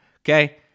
Okay